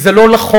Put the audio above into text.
כי זה לא נכון,